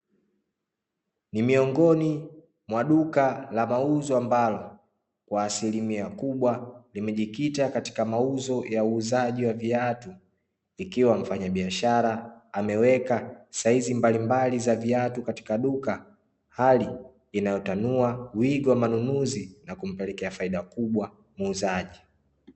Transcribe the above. Ni miongoni mwa duka la mauzo ambalo kwa asilimia kubwa limejikita katika mauzo ya uuzaji wa viatu, ikiwa mfanyabiashara ameweka saizi mbalimbali za viatu katika duka. Hali inayotanua wigo wa manunuzi na kumpelekea faida kubwa muuzaji.